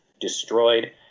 destroyed